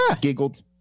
giggled